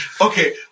Okay